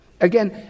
Again